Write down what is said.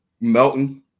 Melton